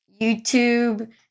YouTube